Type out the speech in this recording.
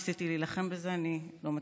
ניסיתי להילחם בזה, אני לא מצליחה.